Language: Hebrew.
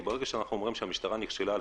כי ברגע שאנחנו אומרים שהמשטרה נכשלה על